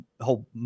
whole